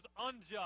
unjust